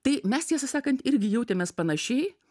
tai mes tiesą sakant irgi jautėmės panašiai